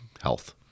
health